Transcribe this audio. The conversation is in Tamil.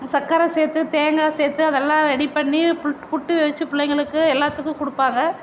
சக்கரை சேர்த்து தேங்காய் சேர்த்து அதெல்லாம் ரெடி பண்ணி புட்டு அவிச்சி பிள்ளைங்களுக்கு எல்லாத்துக்கும் கொடுப்பாங்க